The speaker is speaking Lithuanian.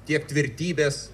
tiek tvirtybės